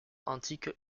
antique